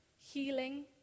healing